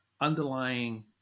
underlying